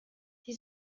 die